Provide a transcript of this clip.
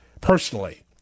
personally